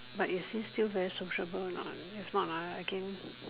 but is he still very sociable or not if not uh again